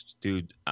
Dude